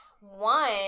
One